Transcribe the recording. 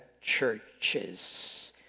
churches